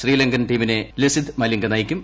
ശ്രീലങ്കൻ ടീമിനെ ലസിത് മലിംഗ നിയക്കും